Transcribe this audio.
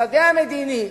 השדה המדיני,